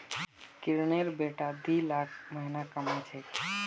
किरनेर बेटा दी लाख महीना कमा छेक